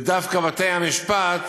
ודווקא בתי-המשפט